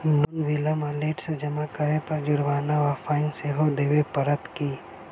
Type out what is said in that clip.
Loan विलंब वा late सँ जमा करै पर जुर्माना वा फाइन सेहो देबै पड़त की?